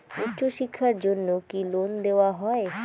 উচ্চশিক্ষার জন্য কি লোন দেওয়া হয়?